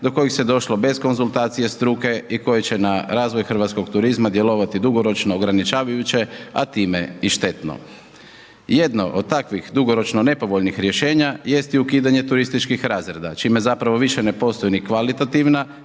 do kojih se došlo bez konzultacije struke i koji će razvoj hrvatskog turizma djelovati dugoročno ograničavajuće a time i štetno. Jedno od takvih dugoročnih nepovoljnih rješenja jest i ukidanje turističkih razreda čime zapravo više ne postoji ni kvalitativna